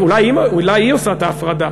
אולי היא עושה את ההפרדה,